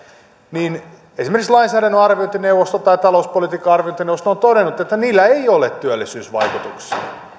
esimerkiksi lainsäädännön arviointineuvosto ja talouspolitiikan arviointineuvosto ovat todenneet että niillä ei ole työllisyysvaikutuksia